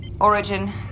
Origin